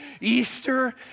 Easter